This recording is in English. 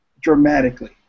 Dramatically